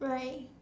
right